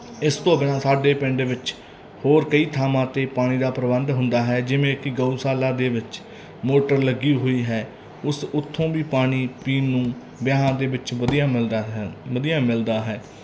ਇਸ ਤੋਂ ਬਿਨਾਂ ਸਾਡੇ ਪਿੰਡ ਵਿੱਚ ਹੋਰ ਕਈ ਥਾਵਾਂ 'ਤੇ ਪਾਣੀ ਦਾ ਪ੍ਰਬੰਧ ਹੁੰਦਾ ਹੈ ਜਿਵੇਂ ਕਿ ਗਊਸ਼ਾਲਾ ਦੇ ਵਿੱਚ ਮੋਟਰ ਲੱਗੀ ਹੋਈ ਹੈ ਉਸ ਉੱਥੋਂ ਵੀ ਪਾਣੀ ਪੀਣ ਨੂੰ ਵਿਆਹਾਂ ਦੇ ਵਿੱਚ ਵਧੀਆ ਮਿਲਦਾ ਹੈ ਵਧੀਆ ਮਿਲਦਾ ਹੈ